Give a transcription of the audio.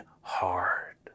hard